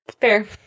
Fair